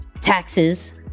taxes